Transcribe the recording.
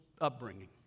upbringing